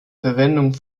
verwendung